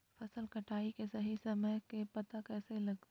फसल कटाई के सही समय के पता कैसे लगते?